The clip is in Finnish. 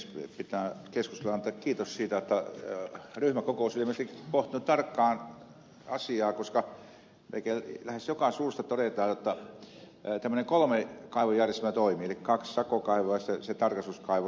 pitää keskustalle antaa kiitos siitä jotta ryhmäkokous on ilmeisesti pohtinut tarkkaan asiaa koska lähes joka suusta todetaan jotta tämmöinen kolmen kaivon järjestelmä toimii eli kaksi sakokaivoa ja sitten se tarkastuskaivo riittää